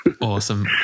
awesome